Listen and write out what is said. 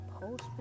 post